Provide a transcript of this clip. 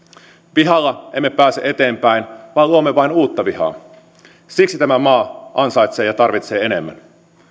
vihalla emme pääse eteenpäin vaan luomme vain uutta vihaa siksi tämä maa ansaitsee ja tarvitsee enemmän